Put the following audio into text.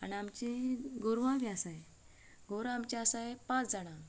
आनी आमचीं गोरवांय बी आसाय गोरवां आमचीं आसाय पांच जाणां